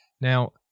Now